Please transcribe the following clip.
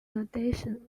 addition